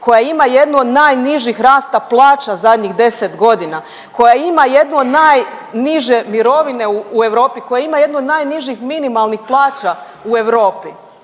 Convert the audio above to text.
koja ima jednu od najnižih rasta plaća zadnjih 10 godina, koja ima jednu od najniže mirovine u Europi, koja ima jednu od najnižih minimalnih plaća u Europi.